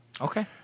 Okay